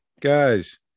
Guys